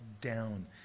down